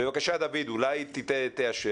בבקשה דוד, אולי תאשר?